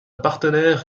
partenaire